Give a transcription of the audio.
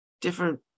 different